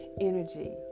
Energy